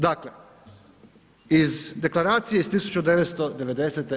Dakle, iz Deklaracije iz 1990.